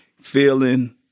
feeling